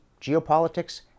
geopolitics